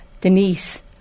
Denise